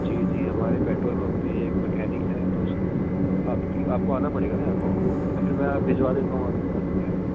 جی جی ہمارے petrol pump پہ ایک مکینک ہیں تو اس کو آپ آپ کو آنا پڑے گا نا یہاں پہ یا پھر میں بھجوا دیتا ہوں آپ کے پاس مکینک